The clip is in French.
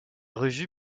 revue